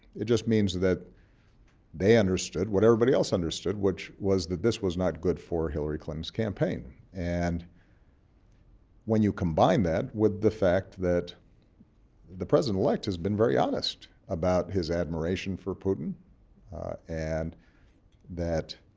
it just means that they understood what everybody else understood, which was that this was not good for hillary clinton's campaign. and when you combine that with the fact that the president-elect has been very honest about his admiration for putin and that